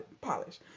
polish